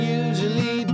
usually